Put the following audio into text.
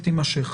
שתימשך.